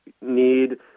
need